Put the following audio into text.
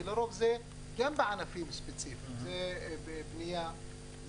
כי לרוב הם גם בענפים ספציפיים: בבנייה,